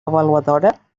avaluadora